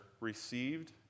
received